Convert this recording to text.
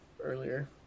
earlier